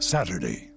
Saturday